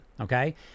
Okay